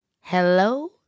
Hello